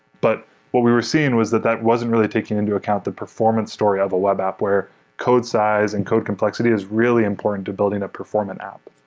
but what we were seeing was that that wasn't really taking into account the performance story of a web app where code size and code complexity is really important to building a performant app.